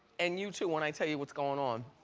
and you too when i tell you what's goin' on.